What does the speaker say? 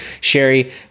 Sherry